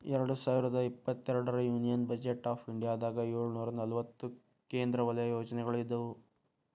ಎರಡ್ ಸಾವಿರದ ಇಪ್ಪತ್ತೆರಡರ ಯೂನಿಯನ್ ಬಜೆಟ್ ಆಫ್ ಇಂಡಿಯಾದಾಗ ಏಳುನೂರ ನಲವತ್ತ ಕೇಂದ್ರ ವಲಯ ಯೋಜನೆಗಳ ಇದ್ವು